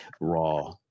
Raw